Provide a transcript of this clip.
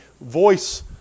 voice